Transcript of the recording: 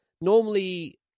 Normally